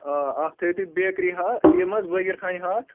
آ اَکھ تھٲیِو تُہۍ بٮ۪کری ہا یِم حظ بٲگِر خنہِ ہَتھ